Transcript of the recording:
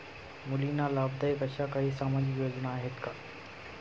मुलींना लाभदायक अशा काही सामाजिक योजना आहेत का?